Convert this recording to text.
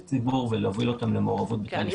הציבור ולהוביל אותו למעורבות בתהליכי